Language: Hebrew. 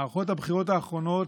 מערכות הבחירות האחרונות,